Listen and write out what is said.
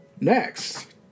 Next